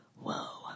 whoa